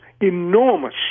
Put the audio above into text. enormous